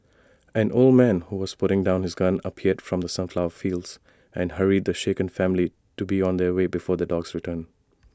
an old man who was putting down his gun appeared from the sunflower fields and hurried the shaken family to be on their way before the dogs return